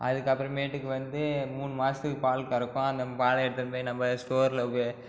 அதுக்கு அப்புறமேட்டுக்கு வந்து மூணு மாசத்துக்கு பால் கறக்கும் அந்த பாலை எட்டுன்னு போய் நம்ம ஸ்டோரில் போய்